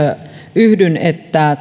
yhdyn että